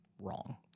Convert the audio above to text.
wrong